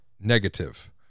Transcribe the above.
negative